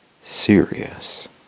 serious